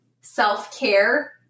self-care